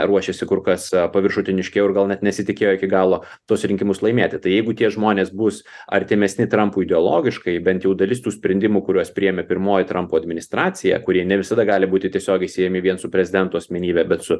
ruošėsi kur kas paviršutiniškiau ir gal net nesitikėjo iki galo tuos rinkimus laimėti tai jeigu tie žmonės bus artimesni trampui ideologiškai bent jau dalis tų sprendimų kuriuos priėmė pirmoji trampo administracija kurie ne visada gali būti tiesiogiai siejami vien su prezidento asmenybe bet su